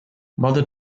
mother